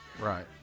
Right